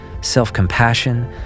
self-compassion